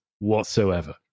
whatsoever